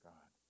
God